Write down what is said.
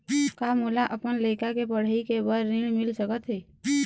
का मोला अपन लइका के पढ़ई के बर ऋण मिल सकत हे?